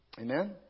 Amen